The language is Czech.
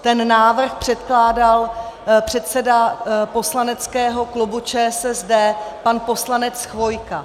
Ten návrh předkládal předseda poslaneckého klubu ČSSD pan poslanec Chvojka.